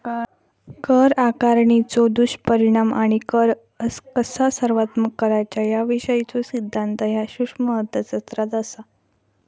कर आकारणीचो दुष्परिणाम आणि कर कसा सर्वोत्तम करायचा याविषयीचो सिद्धांत ह्या सूक्ष्म अर्थशास्त्रात असा